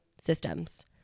systems